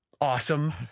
awesome